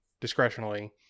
discretionally